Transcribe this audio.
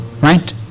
right